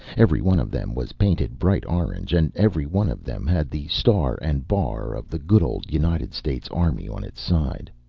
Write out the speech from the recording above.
every one of them was painted bright orange, and every one of them had the star-and-bar of the good old united states army on its side.